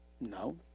No